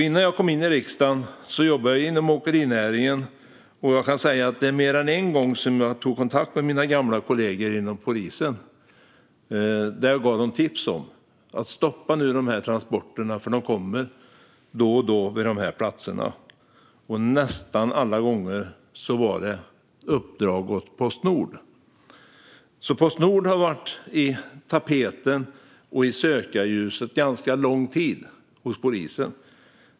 Innan jag kom in i riksdagen jobbade jag inom åkerinäringen, och jag kan säga att jag mer än en gång tog kontakt med mina gamla kollegor inom polisen och tipsade dem - stoppa nu de här transporterna; de kommer då och då vid de här platserna! Nästan alla gånger handlade det om uppdrag åt Postnord. Postnord har alltså varit på tapeten och i sökarljuset ganska lång tid hos polisen.